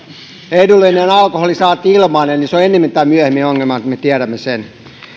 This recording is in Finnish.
edullinen alkoholi saati ilmainen on ennemmin tai myöhemmin ongelma me tiedämme sen